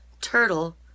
Turtle